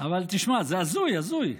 אבל תשמע, זה הזוי, הזוי.